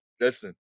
Listen